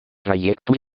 проекту